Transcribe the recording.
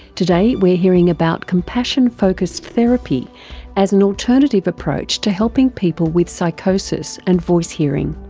today we're hearing about compassion focussed therapy as an alternative approach to helping people with psychosis and voice-hearing.